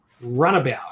Runabout